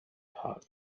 park